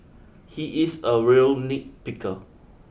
he is a real nitpicker